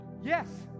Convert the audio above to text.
Yes